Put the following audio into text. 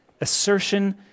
assertion